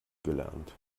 gelernt